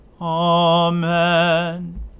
Amen